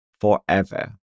forever